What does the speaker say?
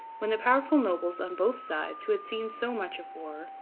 when the powerful nobles on both sides, who had seen so much of war,